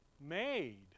Made